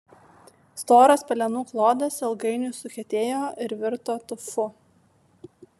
storas pelenų klodas ilgainiui sukietėjo ir virto tufu